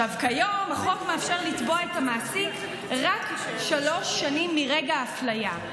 כיום החוק מאפשר לתבוע את המעסיק רק שלוש שנים מרגע האפליה.